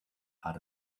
out